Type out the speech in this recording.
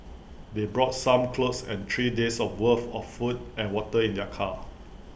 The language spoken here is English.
they brought some clothes and three days' of worth of food and water in their car